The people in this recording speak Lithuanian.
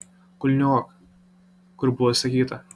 kulniuok kur buvo sakyta